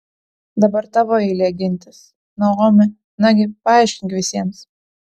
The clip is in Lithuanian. dabar tavo eilė gintis naomi nagi paaiškink visiems